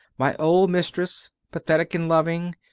my old mistress, pathetic and loving,